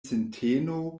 sinteno